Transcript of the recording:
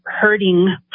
hurting